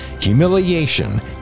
humiliation